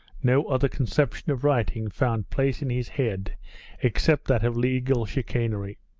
no other conception of writing found place in his head except that of legal chicanery.